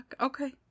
Okay